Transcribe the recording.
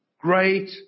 great